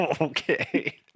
Okay